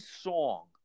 song